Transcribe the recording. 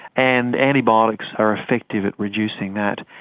and antibiotics are effective at reducing that.